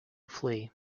flee